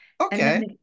Okay